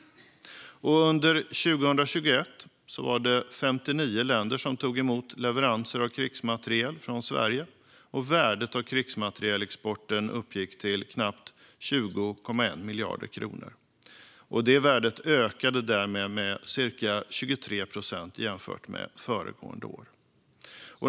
Under 2021 tog 59 länder emot leveranser av krigsmateriel från Sverige, och värdet av krigsmaterielexporten uppgick till knappt 20,1 miljarder kronor. Värdet ökade därmed med cirka 23 procent jämfört med föregående år.